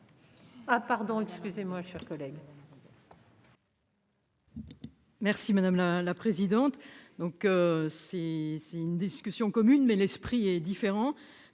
Ah pardon excusez-moi chers collègues.